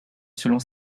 selon